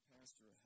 Pastor